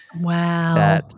Wow